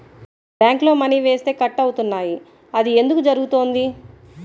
బ్యాంక్లో మని వేస్తే కట్ అవుతున్నాయి అది ఎందుకు జరుగుతోంది?